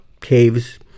caves